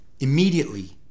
immediately